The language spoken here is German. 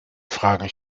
fragen